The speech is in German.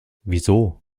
wieso